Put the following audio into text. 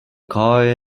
car